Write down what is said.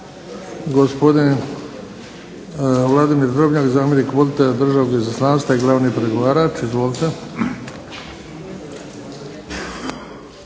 Hvala.